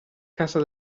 casa